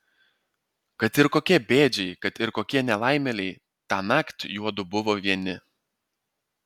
kad ir kokie bėdžiai kad ir kokie nelaimėliai tąnakt juodu buvo vieni